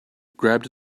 grabbed